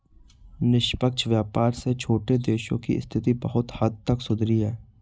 निष्पक्ष व्यापार से छोटे देशों की स्थिति बहुत हद तक सुधरी है